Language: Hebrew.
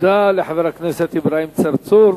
תודה לחבר הכנסת אברהים צרצור.